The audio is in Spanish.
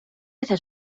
hacia